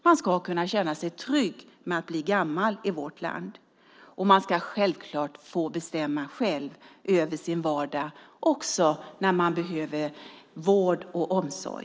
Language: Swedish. Man ska kunna känna sig trygg med att bli gammal i vårt land, och man ska självklart få bestämma själv över sin vardag också när man behöver vård och omsorg.